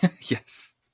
Yes